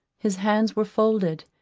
his hands were folded,